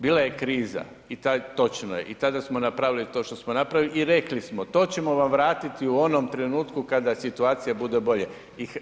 Bila je kriza i točno je i tada smo napravili to što smo napravili i rekli smo, to ćemo vam vratiti u onom trenutku kada situacija bude bolja.